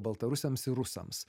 baltarusiams ir rusams